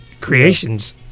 creations